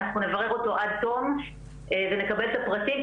אנחנו נברר אותו עד תום ונקבל את הפרטים,